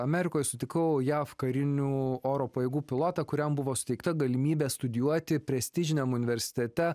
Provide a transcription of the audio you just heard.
amerikoj sutikau jav karinių oro pajėgų pilotą kuriam buvo suteikta galimybė studijuoti prestižiniam universitete